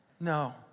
No